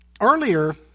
Earlier